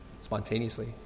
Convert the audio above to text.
spontaneously